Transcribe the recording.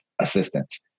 assistance